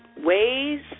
Ways